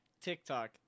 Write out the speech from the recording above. TikTok